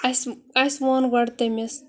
اَسہِ اَسہِ ووٚن گۄڈٕ تٔمِس